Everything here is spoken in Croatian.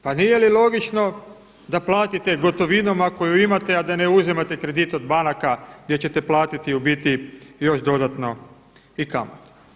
Pa nije li logično da platite gotovinom ako ju imate a da ne uzimate kredit od banaka gdje ćete platiti još dodatno i kamate?